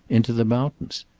into the mountains?